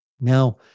Now